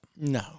No